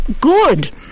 good